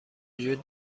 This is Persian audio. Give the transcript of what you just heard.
وجود